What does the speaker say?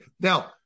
Now